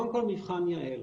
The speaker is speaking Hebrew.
קודם כל מבחן יע"ל,